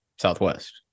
southwest